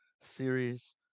series